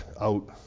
out